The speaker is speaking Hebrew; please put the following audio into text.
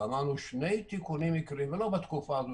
ולא בתקופה הזאת,